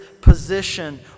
position